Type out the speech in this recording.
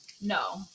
no